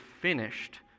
finished